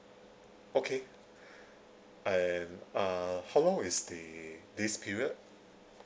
okay and uh how long is the lease period